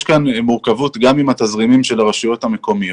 יש כאן מורכבות גם עם התזרימים של הרשויות המקומיות